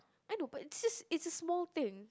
I know but it's just it's a small thing